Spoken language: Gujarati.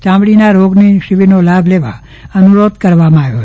ચામડીના રોગની શિબિરનોલાભલેવા અનુરોધ કરવામાં આવ્યો છે